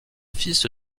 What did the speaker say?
fils